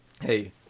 hey